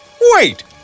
Wait